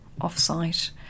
off-site